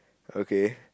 okay